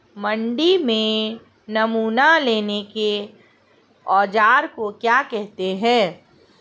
मंडी में नमूना लेने के औज़ार को क्या कहते हैं?